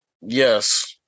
Yes